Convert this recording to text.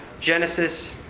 Genesis